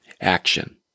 Action